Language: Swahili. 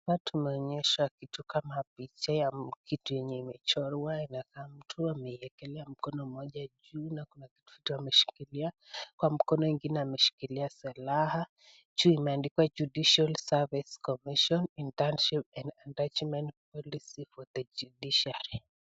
Hapa tumeonyeshwa kitu kama picha ya kitu yenye imechorwa inakaa mtu ameekelea mkono moja juu na kuna kijiti ameshikilia, kwa mkono ingine ameshikilia silaha, juu imeandikwa Judicial Service Commission ,Internship and attachment policy for the judiciary .